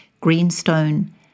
Greenstone